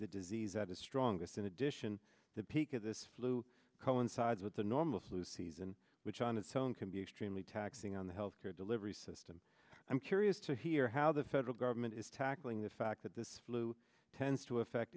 the disease that is strongest in addition the peak of this flu coincides with the normal flu season which on its own can be extremely taxing on the health care delivery system i'm curious to hear how the federal government is tackling the fact that this flu tends affect